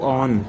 on